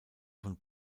von